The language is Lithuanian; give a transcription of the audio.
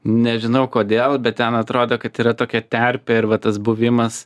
nežinau kodėl bet ten atrodo kad yra tokia terpė ir va tas buvimas